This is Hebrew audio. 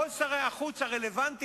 כל שרי החוץ הרלוונטיים.